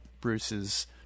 Bruce's